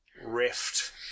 rift